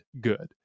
good